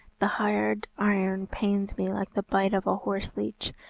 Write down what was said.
the hard iron pains me like the bite of a horse-leech.